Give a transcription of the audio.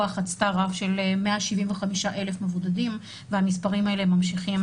חצתה רף של 175,000 מבודדים והמספרים האלה ממשיכים,